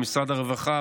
זה משרד הרווחה,